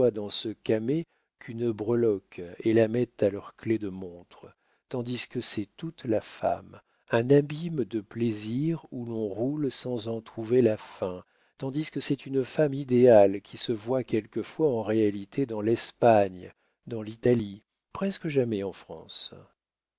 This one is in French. dans ce camée qu'une breloque et la mettent à leurs clefs de montre tandis que c'est toute la femme un abîme de plaisirs où l'on roule sans en trouver la fin tandis que c'est une femme idéale qui se voit quelquefois en réalité dans l'espagne dans l'italie presque jamais en france